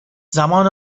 زمان